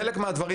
חלק מן הדברים,